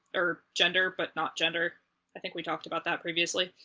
er, gender-but-not-gender i think we talked about that previously.